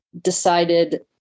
decided